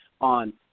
on –